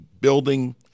building